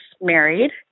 married